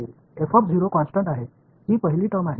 பின்னர் இரண்டாவது வெளிப்பாடு